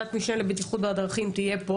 שוועדת המשנה לבטיחות בדרכים תהיה פה